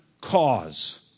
cause